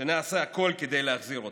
שנעשה הכול כדי להחזיר אותם?